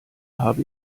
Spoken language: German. habe